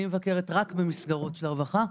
אני מבקרת רק במסגרות של הרווחה.